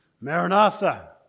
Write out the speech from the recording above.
Maranatha